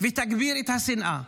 ותגביר את השנאה.